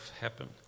happen